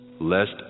Lest